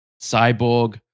cyborg